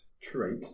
trait